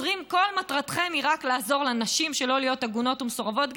כל מטרתכם היא רק לעזור לנשים שלא להיות עגונות ומסורבות גט,